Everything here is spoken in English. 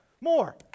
more